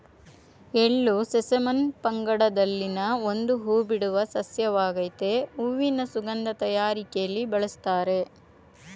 ಎಳ್ಳು ಸೆಸಮಮ್ ಪಂಗಡದಲ್ಲಿನ ಒಂದು ಹೂಬಿಡುವ ಸಸ್ಯವಾಗಾಯ್ತೆ ಹೂವಿನ ಸುಗಂಧ ತಯಾರಿಕೆಲಿ ಬಳುಸ್ತಾರೆ